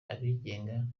abigenga